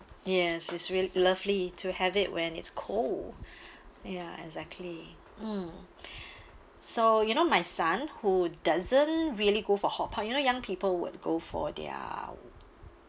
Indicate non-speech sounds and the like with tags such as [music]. yes is rea~ lovely to have it when it's cold ya exactly mm [breath] so you know my son who doesn't really go for hotpot you know young people would go for their